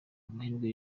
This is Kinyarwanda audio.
amahirwe